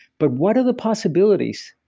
but what are the possibilities?